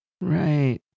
Right